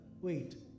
wait